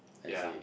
yea